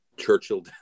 Churchill